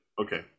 okay